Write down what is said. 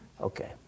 Okay